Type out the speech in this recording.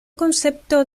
concepto